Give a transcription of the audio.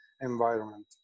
environment